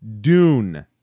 Dune